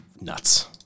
nuts